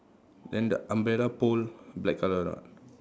then the umbrella pole black colour or not